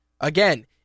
again